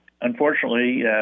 unfortunately